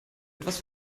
etwas